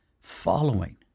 following